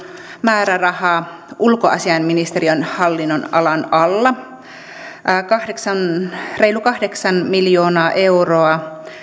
määräraha ulkoasiainministeriön hallinnonalan alla reilu kahdeksan miljoonaa euroa